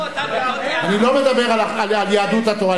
אני לא מדבר על יהדות התורה,